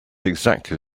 exactly